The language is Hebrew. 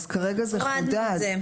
כרגע זה חודד.